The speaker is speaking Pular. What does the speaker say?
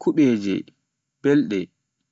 kuɓeje, ɗe belɗe.